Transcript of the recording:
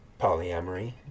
polyamory